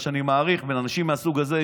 אני מעריך שאנשים מהסוג הזה,